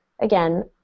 again